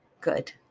good